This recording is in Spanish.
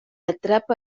atrapa